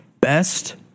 best